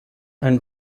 ein